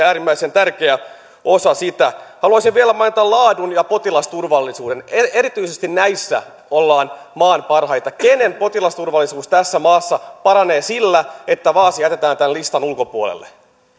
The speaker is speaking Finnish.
äärimmäisen tärkeä osa sitä haluaisin vielä mainita laadun ja potilasturvallisuuden erityisesti näissä ollaan maan parhaita kenen potilasturvallisuus tässä maassa paranee sillä että vaasa jätetään tämän listan ulkopuolelle